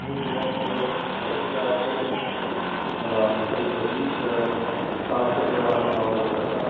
एक हज़ार per month की है उसमें आपको क़रीब बीस साल तक जमा करना होगा पैसा